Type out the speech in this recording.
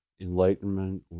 enlightenment